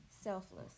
Selfless